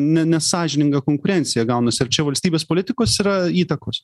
ne nesąžininga konkurencija gaunasi ar čia valstybės politikos yra įtakos